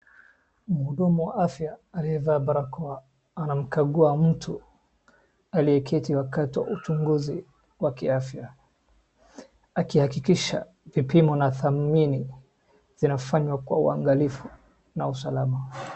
Mhudumu wa afya aliyevaa barakoa anamkagua mtu aliyeketi wakati wa uchunguzi wa kiafya ,akihakikisha vipimo na dhamini vinafanywa kwa uangalifu na usalama.